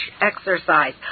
exercise